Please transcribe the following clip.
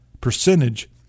percentage